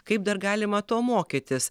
kaip dar galima to mokytis